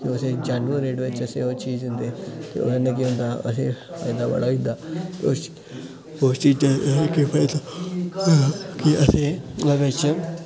ओह् असें genuine rate बिच्च असें ओह् चीज दिंदे ते ओह्दे कन्नै केह् होंदा असें फायदा बड़ा होई जंदा उस उस चीजा असें केह् फायदा होंदा कि असें नोहाड़े च